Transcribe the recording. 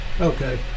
Okay